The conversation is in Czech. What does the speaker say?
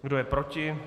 Kdo je proti?